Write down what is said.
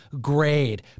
grade